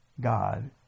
God